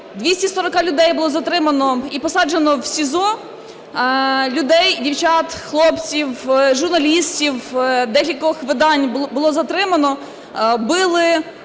240 людей було затримано і посаджено в СІЗО. Людей, дівчат, хлопців, журналістів декількох видань було затримано. Били,